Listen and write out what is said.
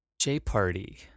J-Party